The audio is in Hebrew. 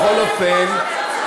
בכל אופן,